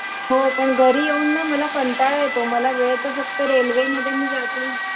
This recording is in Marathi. हो पण घरी येऊन ना मला कंटाळा येतो मला वेळ तर फक्त रेल्वेमध्ये मी जाते